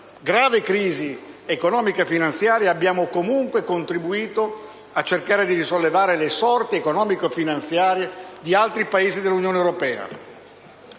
grave crisi economico-finanziaria, abbiamo comunque contribuito a cercare di risollevare le sorti economico-finanziarie di altri Paesi dell'Unione europea.